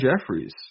Jeffries